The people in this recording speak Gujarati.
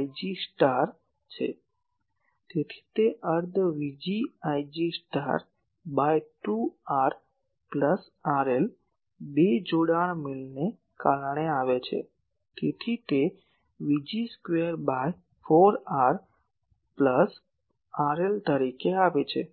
Ig છે તેથી તે અર્ધ Vg Vg by 2 Rr plus RL 2 જોડાણ મેળને કારણે આવે છે તેથી તે Vg square by 4 Rr plus RL તરીકે આવે છે